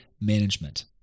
management